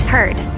Heard